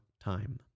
time